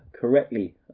correctly